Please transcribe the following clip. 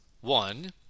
One